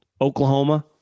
Oklahoma